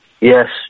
Yes